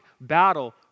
battle